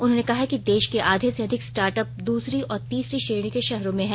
उन्होंने कहा कि देश के आधे से अधिक स्टार्टअप द्रसरी और तीसरी श्रेणी के शहरों में हैं